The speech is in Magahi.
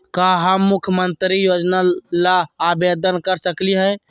का हम मुख्यमंत्री योजना ला आवेदन कर सकली हई?